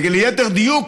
וליתר דיוק